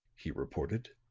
he reported.